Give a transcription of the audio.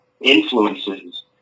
influences